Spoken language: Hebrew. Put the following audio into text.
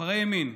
בוחרי ימין,